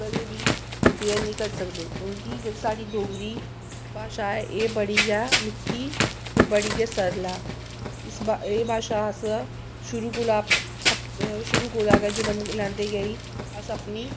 कदें बी कम्पेयर निं करी सकदे क्योंकि जेह्ड़ी साढ़ी डोगरी भाशा एह् बड़ी गै मिट्ठी ते बड़ी गै सरल ऐ इस भाशा एह् भाशा अस शुरू कोला शुरू कोला गै जनम लैंदे गेई अस अपनी